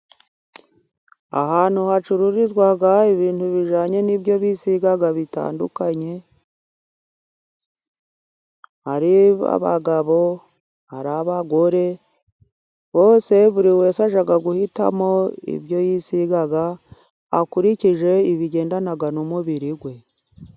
Ahantu hacururizwa ibintu bijyanye n'ibyo bisiga bitamdukanye harimo: abagabo, ari abagore bose, buri wese ajya guhitamo ibyo yisiga akurikije ibigendana n'umubiri we.